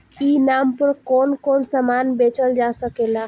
ई नाम पर कौन कौन समान बेचल जा सकेला?